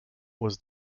was